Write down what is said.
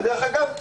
ודרך אגב,